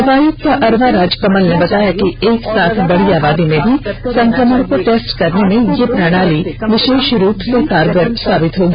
उपायुक्त अरवा राज कमल ने बताया कि एक साथ बड़ी आबादी में भी संक्रमण को टेस्ट करने में यह प्रणाली विषेष रूप से कारगर साबित होगी